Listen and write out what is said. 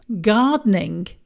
gardening